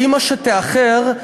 אימא שתאחר,